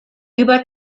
über